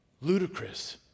ludicrous